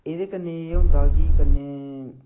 एह्दे कन्नै एह् होंदा कि कन्नै